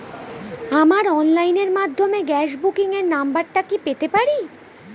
আমার অনলাইনের মাধ্যমে গ্যাস বুকিং এর নাম্বারটা কি পেতে পারি?